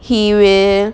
he will